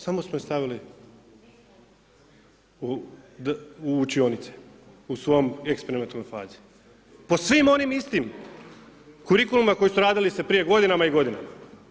Samo smo je stavili u učionice u svojoj eksperimentalnoj fazi po svim onim istim kurikulima koji su se radili prije godinama i godinama.